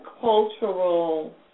cultural